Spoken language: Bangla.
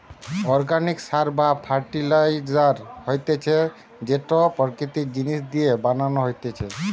অর্গানিক সার বা ফার্টিলাইজার হতিছে যেইটো প্রাকৃতিক জিনিস দিয়া বানানো হতিছে